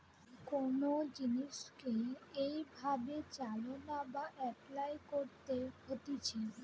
কোন জিনিসকে কি ভাবে চালনা বা এপলাই করতে হতিছে